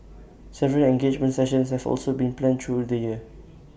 several engagement sessions have also been planned through the year